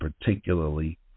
particularly